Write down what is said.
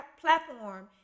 platform